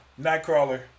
Nightcrawler